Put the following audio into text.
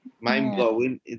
mind-blowing